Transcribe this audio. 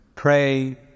Pray